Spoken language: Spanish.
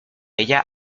ella